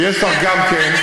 שיש לך גם כן,